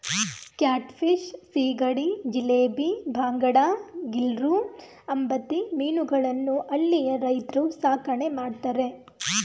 cat fish, ಸೀಗಡಿ, ಜಿಲೇಬಿ, ಬಾಂಗಡಾ, ಗಿರ್ಲೂ, ಅಂಬತಿ ಮೀನುಗಳನ್ನು ಹಳ್ಳಿಯ ರೈತ್ರು ಸಾಕಣೆ ಮಾಡ್ತರೆ